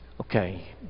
okay